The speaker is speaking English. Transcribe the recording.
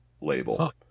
label